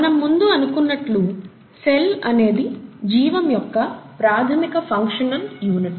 మనం ముందు అనుకున్నట్లు సెల్ అనేది జీవం యొక్క ప్రాథమిక ఫంక్షనల్ యూనిట్